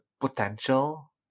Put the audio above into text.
potential